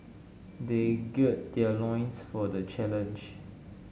they gird their loins for the challenge